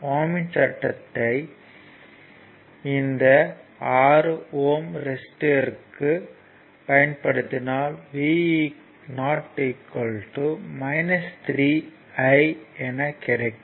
ஓம் யின் சட்டத்தை ohm's law இந்த 6 ஓம் ரெசிஸ்டர்க்கு பயன்படுத்தினால் Vo 3 I என கிடைக்கும்